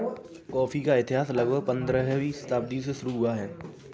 coffee का इतिहास लगभग पंद्रहवीं शताब्दी से शुरू हुआ है